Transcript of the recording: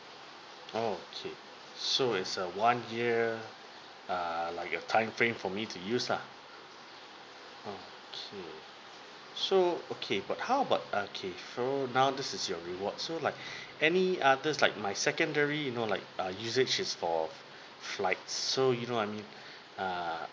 okay so it's uh one year err like a time frame for me to use lah okay so okay but how about okay so now this is your reward so like any others like my secondary you know like uh usage is for flight so you know I mean err